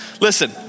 Listen